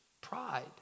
pride